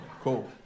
Cool